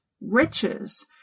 riches